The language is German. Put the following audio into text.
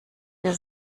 wir